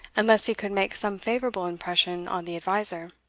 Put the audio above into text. unless he could make some favourable impression on the adviser.